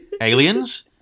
aliens